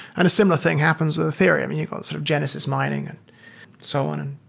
and a similar thing happens with ethereum. yeah sort of genesis mining and so on. and